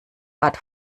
art